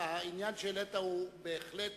העניין שהעלית בהחלט